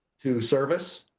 to service,